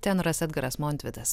tenoras edgaras montvidas